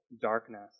darkness